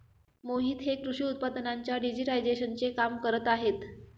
मोहित हे कृषी उत्पादनांच्या डिजिटायझेशनचे काम करत आहेत